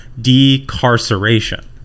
decarceration